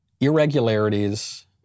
irregularities